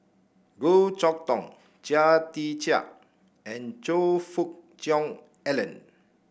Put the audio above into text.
Goh Chok Tong Chia Tee Chiak and Choe Fook Cheong Alan